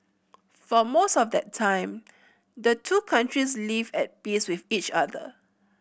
for most of that time the two countries lived at peace with each other